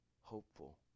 hopeful